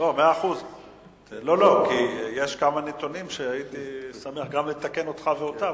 לא, כי יש כמה נתונים שהייתי שמח לתקן אותך ואותה.